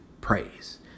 praise